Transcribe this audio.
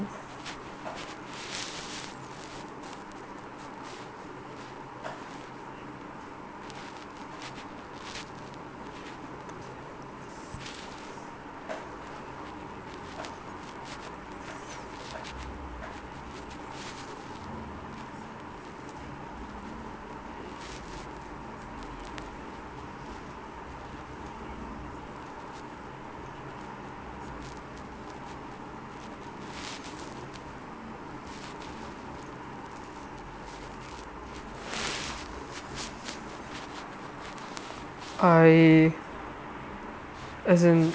I as in